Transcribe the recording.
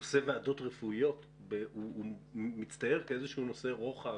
נושא ועדות רפואיות מצטייר כאיזשהו נושא רוחב.